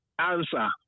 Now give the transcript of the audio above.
answer